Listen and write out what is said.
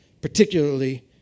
particularly